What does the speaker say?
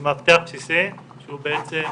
מאבטח בסיסי שהוא בעצם,